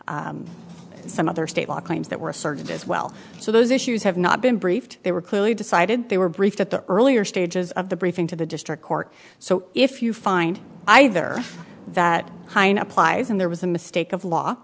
arrest some other state law claims that were asserted as well so those issues have not been briefed they were clearly decided they were briefed at the earlier stages of the briefing to the district court so if you find either that heine applies and there was a mistake of law